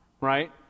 right